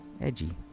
edgy